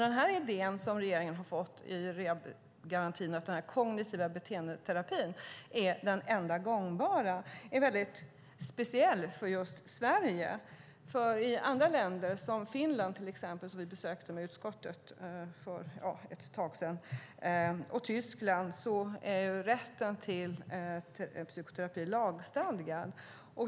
Denna idé som regeringen har fått när det gäller rehabiliteringsgarantin, att kognitiv beteendeterapi är den enda gångbara, är mycket speciell för just Sverige. I andra länder, exempelvis Finland, som utskottet besökte för en tid sedan, och Tyskland är rätten till psykoterapi lagstadgad.